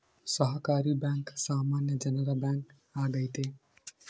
ಸಹಕಾರಿ ಬ್ಯಾಂಕ್ ಸಾಮಾನ್ಯ ಜನರ ಬ್ಯಾಂಕ್ ಆಗೈತೆ